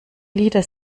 lieder